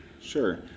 Sure